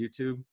YouTube